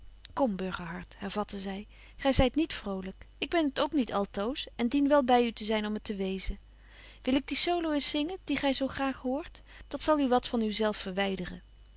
kom burgerhart hervatte zy gy zyt niet vrolyk ik ben t ook niet altoos en dien wel by u te zyn om het te wezen wil ik die solo eens zingen die gy zo graag hoort dat zal u wat van u zelf verwyderen